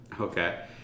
okay